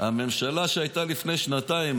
הממשלה שהייתה לפני שנתיים,